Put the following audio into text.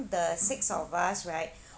the six of us right